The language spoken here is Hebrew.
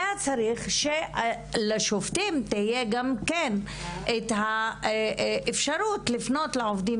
היה צריך שלשופטים תהיה גם כן אפשרות לפנות לעובדים